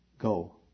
Go